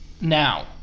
now